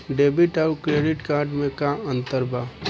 Debit आउर credit card मे का अंतर बा?